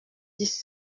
dix